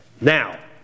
Now